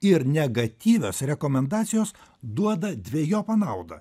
ir negatyvios rekomendacijos duoda dvejopą naudą